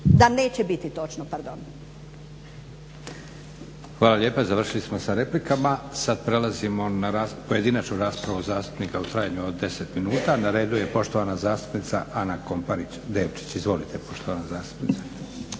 Da neće biti točno, pardon. **Leko, Josip (SDP)** Hvala lijepa. Završili smo sa replikama. Sad prelazimo na pojedinačnu raspravu zastupnika u trajanju od deset minuta. Na redu je poštovana zastupnica Ana Komparić Devčić. Izvolite poštovana zastupnice.